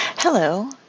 Hello